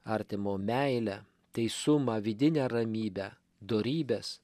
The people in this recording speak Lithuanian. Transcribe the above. artimo meilę teisumą vidinę ramybę dorybes